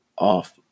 off